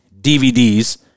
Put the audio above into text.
DVDs